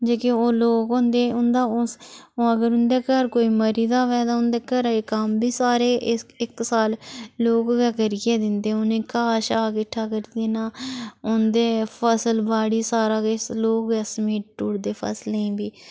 जेह्के ओह् लोक होंदे उं'दा अगर उं'दे घर कोई मरी दा होवै तां उंदे घरै दे कम्म बी सारे इक साल लोक गै करियै दिंदे उनें घाह् छाह् किट्ठा करी देना उं'दे फसल बाड़ी सारा किश लोक गै समेटुड़दे फसलें गी बी